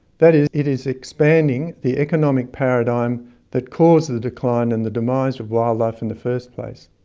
that it it is expanding the economic paradigm that caused the decline and the demise of wildlife in the first place.